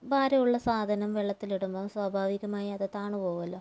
ഭാരമുള്ള സാധനം വെള്ളത്തിലിടുമ്പോൾ സ്വാഭാവികമായി അത് താണു പോവുമല്ലോ